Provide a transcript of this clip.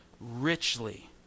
richly